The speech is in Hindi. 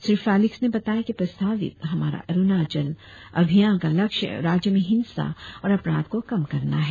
श्री फेलिक्स ने बताया की प्रस्तावित हमारा अरुणाचल अभियान का लक्ष्य राज्य में हिंसा और अपराध को कम करना है